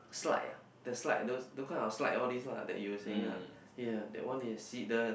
slide ah the slide those those kind of slide all these lah that you were saying ah ya that one you see the